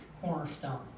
cornerstone